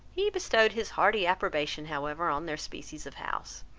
he bestowed his hearty approbation however on their species of house.